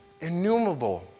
innumerable